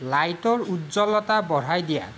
লাইটৰ উজ্জ্বলতা বঢ়াই দিয়া